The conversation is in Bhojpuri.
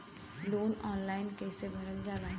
लोन ऑनलाइन कइसे भरल जाला?